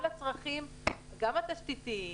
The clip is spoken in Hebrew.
כל הצרכים, גם התשתיתיים,